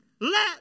let